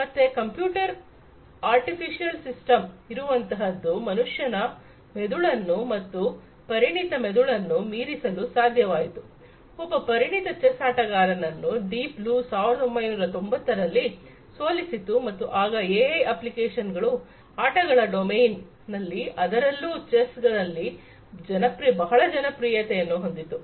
ಮತ್ತೆ computer artificial system ಇರುವಂತಹದ್ದು ಮನುಷ್ಯನ ಮೆದುಳನ್ನು ಮತ್ತು ಪರಿಣಿತ ಮೆದುಳನ್ನು ಮೀರಿಸಲು ಸಾಧ್ಯವಾಯಿತು ಒಬ್ಬ ಪರಿಣಿತ ಚೆಸ್ ಆಟಗಾರನನ್ನು ಡೀಪ್ ಬ್ಲೂ 1990ರಲ್ಲಿ ಸೋಲಿಸಿತು ಮತ್ತು ಆಗ ಎಐ ಅಪ್ಲಿಕೇಶನ್ಗಳು ಆಟಗಳ ಡೊಮೈನ್ ನಲ್ಲಿ ಅದರಲ್ಲೂ ಚೆಸ್ ನಲ್ಲಿ ಬಹಳಜನಪ್ರಿಯತೆ ಹೊಂದಿತು